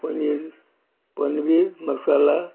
पनीर पनवीर मसाला